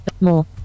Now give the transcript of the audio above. more